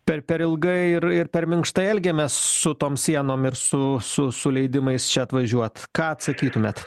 per per ilgai ir per minkštai elgiamės su tom sienom ir su su su leidimais čia atvažiuot ką atsakytumėt